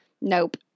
Nope